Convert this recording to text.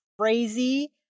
crazy